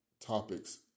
topics